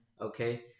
okay